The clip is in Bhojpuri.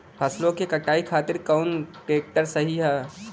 फसलों के कटाई खातिर कौन ट्रैक्टर सही ह?